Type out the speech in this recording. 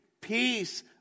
Peace